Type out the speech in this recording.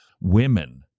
women